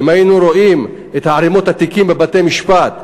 אם היינו רואים את ערמות התיקים בבתי-המשפט,